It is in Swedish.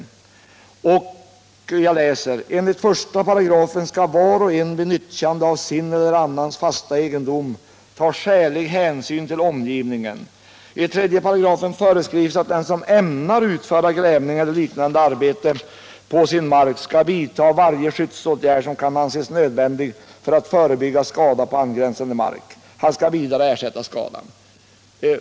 Jag läser från utskottsbetänkandet: ”Enligt 1 § skall var och en vid nyttjande av sin eller annans fasta egendom ta skälig hänsyn till omgivningen. I 3 § föreskrivs att den som ämnar utföra grävning eller liknande arbete på sin mark skall vidta varje skyddsåtgärd som kan anses nödvändig för att förebygga skada på angränsande mark.” Han skall vidare ersätta skadan.